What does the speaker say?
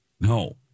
No